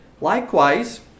Likewise